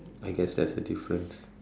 I guess that's the difference